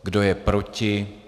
Kdo je proti?